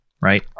Right